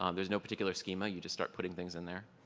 um there's no particular schema, you just start putting things in there.